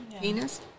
penis